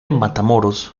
matamoros